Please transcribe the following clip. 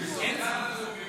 חבריי חברי הכנסת,